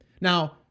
Now